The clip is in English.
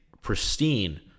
pristine